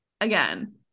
again